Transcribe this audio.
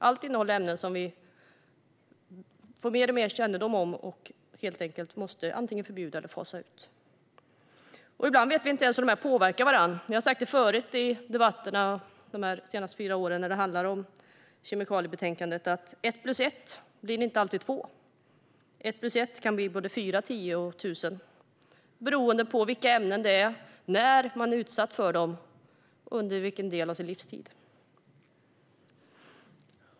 Allt innehåller ämnen som vi får mer och mer kännedom om och helt enkelt antingen måste förbjuda eller fasa ut. Ibland vet vi inte ens om ämnena påverkar varandra. Vi har sagt det tidigare de senaste fyra åren i samband med debatter om kemikaliebetänkanden, nämligen att 1 + 1 inte alltid blir 2. 1 + 1 kan bli både 4, 10 och 1 000 beroende på vilka ämnen det är fråga om, när vi har utsatts för dem och under vilken del av vår livstid.